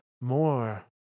more